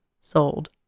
sold